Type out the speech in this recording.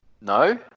No